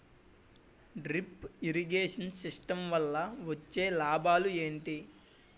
Drip irrigation system వల్ల వచ్చే లాభాలు ఏంటి?